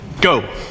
go